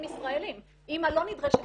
אבל לא נדרשת זיקה,